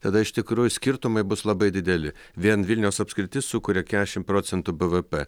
tada iš tikrųjų skirtumai bus labai dideli vien vilniaus apskritis sukuria kesdešim procentų bvp